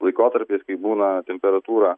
laikotarpiais kai būna temperatūra